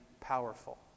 powerful